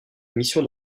mission